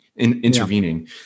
intervening